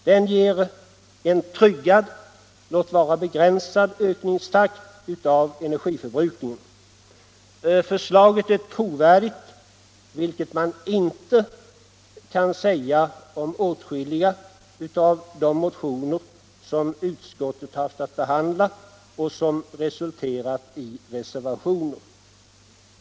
Den ger en tryggad + låt vara begränsad —- ökningstakt i energiförbrukningen. Förslaget är trovärdigt, vilket man inte kan säga om åtskilliga av de motioner som utskottet haft att behandla och som resulterat i reservationer.